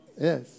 Yes